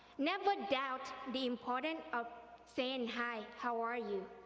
never doubt the importance of saying hi, how are you?